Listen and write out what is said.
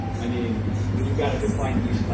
i mean when you've got a defined niche, like